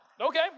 Okay